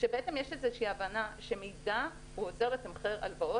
כשיש איזה הבנה שמידע עוזר לתמחר הלוואות